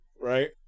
right